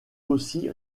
aussi